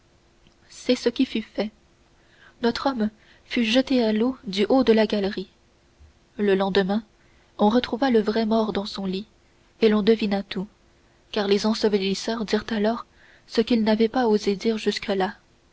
c'est ce qui fut fait notre homme fut jeté à l'eau du haut de la galerie le lendemain on retrouva le vrai mort dans son lit et l'on devina tout car les ensevelisseurs dirent alors ce qu'ils n'avaient pas osé dire jusque-là